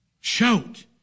Shout